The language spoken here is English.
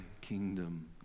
kingdom